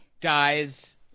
Dies